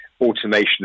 automation